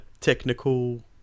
technical